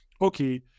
okay